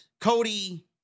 Cody